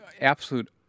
absolute